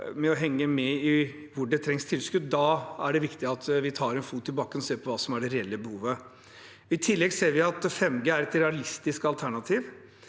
med å henge med i hvor det trengs tilskudd. Da er det viktig at vi tar en fot i bakken og ser hva som er det reelle behovet. I tillegg ser vi at 5G er et realistisk alternativ,